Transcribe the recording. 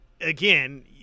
again